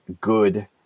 good